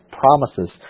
promises